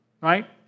right